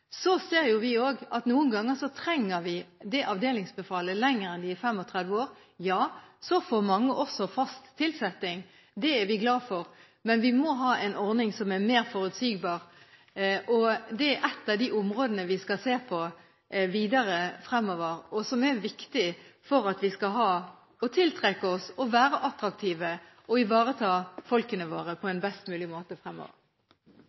Så ser jo vi også at noen ganger trenger vi det avdelingsbefalet lenger enn til de er 35 år. Ja, så får mange også fast tilsetting. Det er vi glad for. Men vi må ha en ordning som er mer forutsigbar. Det er et av de områdene vi skal se på videre fremover, og som er viktig for at vi skal ha og tiltrekke oss folk, være attraktive og ivareta folkene våre på en best mulig måte fremover.